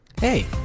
Hey